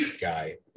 guy